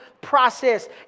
process